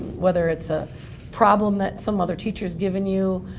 whether it's a problem that some other teacher's given you,